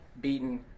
beaten